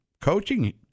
coaching